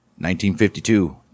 1952